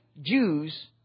Jews